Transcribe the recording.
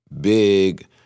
Big